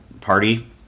party